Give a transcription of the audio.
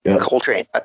Coltrane